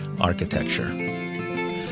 architecture